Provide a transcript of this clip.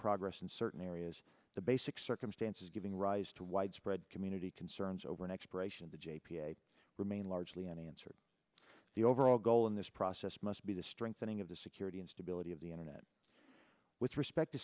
progress in certain areas the basic circumstances giving rise to widespread community concerns over an expiration of the j p a remain largely an answer to the overall goal in this process must be the strengthening of the security and stability of the internet with respect to